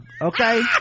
Okay